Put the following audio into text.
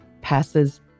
passes